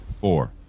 four